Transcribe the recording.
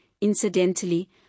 incidentally